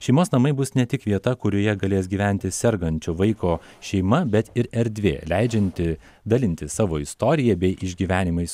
šeimos namai bus ne tik vieta kurioje galės gyventi sergančio vaiko šeima bet ir erdvė leidžianti dalintis savo istorija bei išgyvenimais